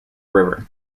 river